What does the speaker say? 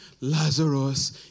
Lazarus